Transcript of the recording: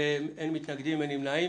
אין מתנגדים, אין נמנעים.